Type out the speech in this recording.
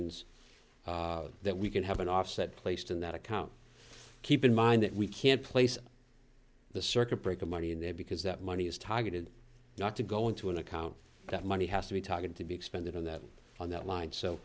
intuitions that we can have an offset placed in that account keep in mind that we can't place the circuit breaker money in there because that money is targeted not to go into an account that money has to be talking to be expended on that on that line so